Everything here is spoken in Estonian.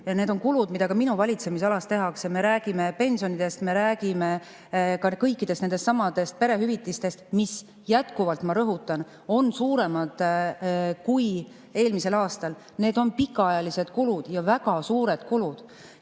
need on kulud, mida ka minu valitsemisalas tehakse. Me räägime pensionidest, me räägime kõikidest nendestsamadest perehüvitistest, mis jätkuvalt, ma rõhutan, on suuremad kui eelmisel aastal. Need on pikaajalised kulud ja väga suured kulud.